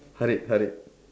Harid Harid